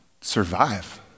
survive